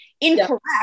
Incorrect